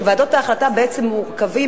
כשוועדות ההחלטה בעצם מורכבות